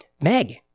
Meg